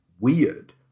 weird